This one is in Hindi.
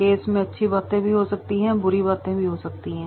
केस में अच्छी बातें भी हो सकती है बुरी बातें भी हो सकती है